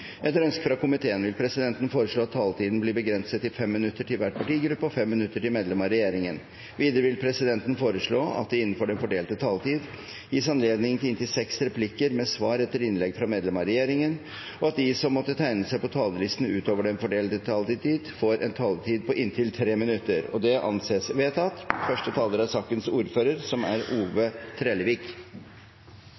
Etter ønske fra næringskomiteen vil presidenten foreslå at taletiden blir begrenset til 5 minutter til hver partigruppe og 5 minutter til medlemmer av regjeringen. Videre vil presidenten foreslå at det – innenfor den fordelte taletid – blir gitt anledning til inntil seks replikker med svar etter innlegg fra medlemmer av regjeringen, og at de som måtte tegne seg på talerlisten utover den fordelte taletid, får en taletid på inntil 3 minutter. – Det anses vedtatt. Det er ein samla komité som